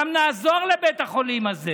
גם נעזור לבית החולים הזה,